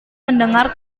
mendengar